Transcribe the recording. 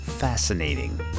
Fascinating